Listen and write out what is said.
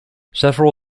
several